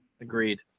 Agreed